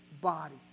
body